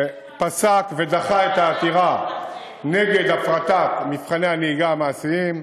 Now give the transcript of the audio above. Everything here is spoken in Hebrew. פסק ודחה את העתירה נגד הפרטת מבחני הנהיגה המעשיים.